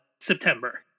September